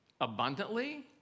abundantly